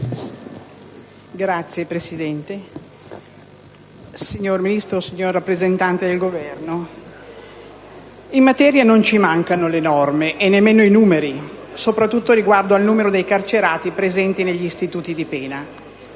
signor Ministro, signori rappresentanti del Governo, in materia non ci mancano le norme e nemmeno i dati statistici, soprattutto riguardo al numero di carcerati presenti negli istituti di pena.